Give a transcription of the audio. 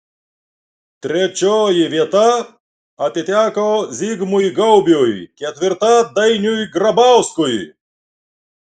trečioji vieta atiteko zigmui gaubiui ketvirta dainiui grabauskui